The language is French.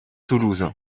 toulouse